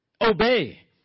Obey